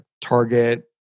Target